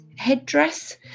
headdress